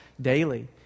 daily